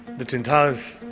the twin towers.